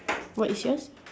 what is yours